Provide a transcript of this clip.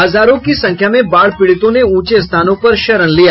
हजारों की संख्या में बाढ़ पीड़ितों ने ऊंचे स्थानों पर शरण लिया